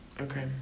Okay